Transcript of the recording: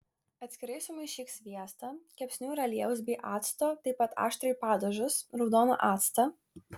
atskirai sumaišyk sviestą kepsnių ir aliejaus bei acto taip pat aštrųjį padažus raudoną actą